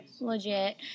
legit